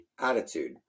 attitude